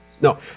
No